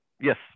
Yes